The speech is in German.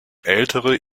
ältere